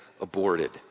aborted